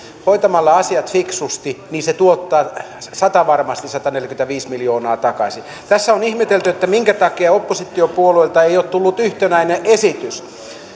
kun hoidetaan asiat fiksusti niin se tuottaa satavarmasti sataneljäkymmentäviisi miljoonaa takaisin tässä on ihmetelty minkä takia oppositiopuolueilta ei ole tullut yhtenäistä esitystä